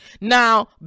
Now